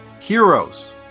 heroes